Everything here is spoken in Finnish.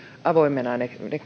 avoimena